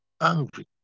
angry